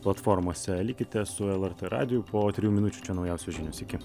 platformose likite su lrt radiju po trijų minučių čia naujausios žinios iki